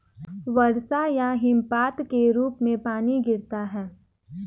वर्षा या हिमपात के रूप में पानी गिरता है